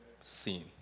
seen